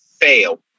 fail